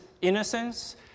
innocence